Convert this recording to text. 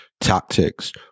tactics